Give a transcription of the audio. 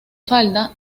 falda